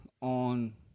on